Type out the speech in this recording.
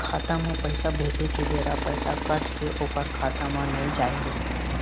खाता म पैसा भेजे के बेरा पैसा कट के ओकर खाता म नई जाय ले